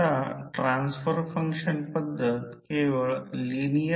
कारण E 2cosδ शोधणे आवश्यक आहे